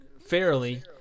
Fairly